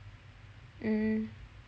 mm